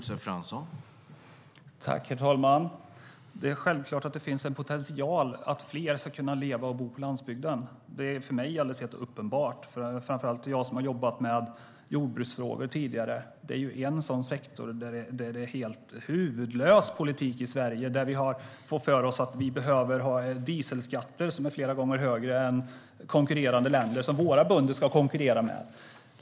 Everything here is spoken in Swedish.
Herr talman! Det är självklart att det finns en potential för att fler ska kunna leva och bo på landsbygden. Det är helt uppenbart för mig, framför allt då jag tidigare har jobbat med jordbruksfrågor. Det är en sektor där det förs en helt huvudlös politik i Sverige. Vi får för oss att vi behöver ha dieselskatter som är flera gånger högre än i länder som våra bönder ska konkurrera med.